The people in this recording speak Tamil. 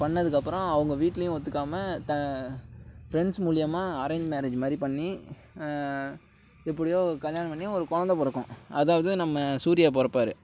பண்ணதுக்கப்புறம் அவங்க வீட்டுலேயும் ஒத்துக்காமல் ஃபிரெண்ட்ஸ் மூலியமாக அரேஞ் மேரேஜ் மாதிரி பண்ணி எப்படியோ கல்யாணம் பண்ணி ஒரு கொழந்தை பிறக்கும் அதாவது நம்ம சூர்யா பிறப்பாரு